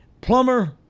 plumber